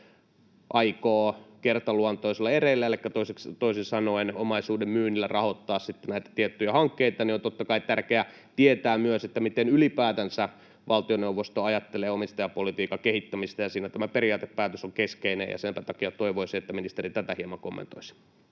aikoo kertaluontoisilla erillä elikkä toisin sanoen omaisuuden myynnillä rahoittaa näitä tiettyjä hankkeita. Siksi on totta kai tärkeä tietää myös, miten ylipäätänsä valtioneuvosto ajattelee omistajapolitiikan kehittämisestä. Siinä tämä periaatepäätös on keskeinen, ja senpä takia toivoisin, että ministeri tätä hieman kommentoisi.